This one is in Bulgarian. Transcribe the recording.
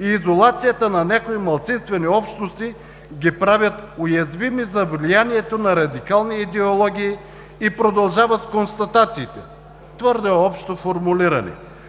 и изолацията на някои малцинствени общности ги правят уязвими за влиянието на радикални идеологии, и продължава с констатациите, твърде общо формулирани,